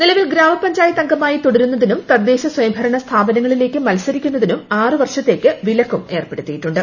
നിലവിൽ ഗ്രാമപഞ്ചായത്ത് അംഗമായി തുടരുന്നതിനും തദ്ദേശ സ്വയംഭരണ സ്ഥാപനങ്ങളിലേയ്ക്ക് മത്സരിക്കുന്നതിനും ആറ് വർഷത്തേയ്ക്ക് വിലക്കും ഏർപ്പെടുത്തിയിട്ടുണ്ട്